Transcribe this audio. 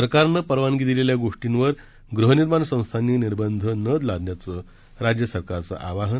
सरकारनं परवानगी दिलेल्या गोष्टींवर गृहनिर्माण संस्थांनी निर्बंध न लादण्याचं राज्य सरकारचं आवाहन